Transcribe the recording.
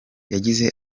yagize